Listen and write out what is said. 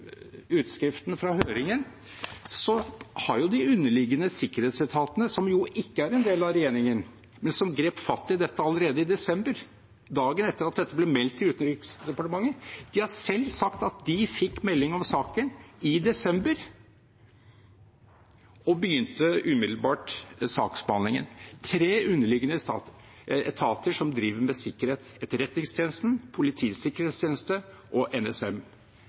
utskriften fra høringen, er at de underliggende sikkerhetsetatene – som jo ikke er en del av regjeringen, men som grep fatt i dette allerede i desember, dagen etter at dette ble meldt til Utenriksdepartementet – selv har sagt at de fikk melding om saken i desember og begynte umiddelbart saksbehandlingen, tre underliggende etater som driver med sikkerhet: Etterretningstjenesten, Politiets sikkerhetstjeneste og NSM.